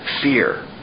fear